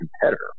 competitor